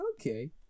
Okay